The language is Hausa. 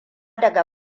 daga